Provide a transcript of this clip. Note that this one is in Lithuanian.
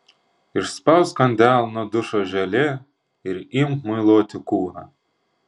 išspausk ant delno dušo želė ir imk muiluoti kūną